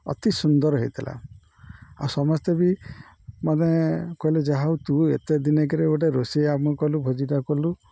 ଅତି ସୁନ୍ଦର ହେଇଥିଲା ଆଉ ସମସ୍ତେ ବି ମାନେ କହିଲେ ଯାହା ହଉ ତୁ ଏତେ ଦିନକେରେ ଗୋଟେ ରୋଷେଇଆ ଆମ କଲୁ ଭୋଜିଟା କଲୁ